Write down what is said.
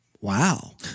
Wow